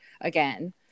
again